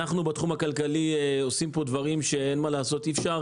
בתחום הכלכלי אנחנו עושים פה דברים אבל אי-אפשר